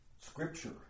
Scripture